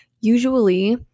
Usually